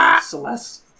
Celeste